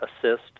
assist